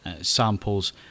samples